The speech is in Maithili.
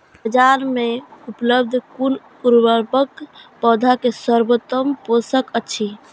बाजार में उपलब्ध कुन उर्वरक पौधा के सर्वोत्तम पोषक अछि?